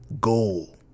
goal